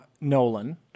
Nolan